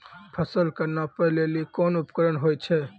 फसल कऽ नापै लेली कोन उपकरण होय छै?